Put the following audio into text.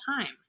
time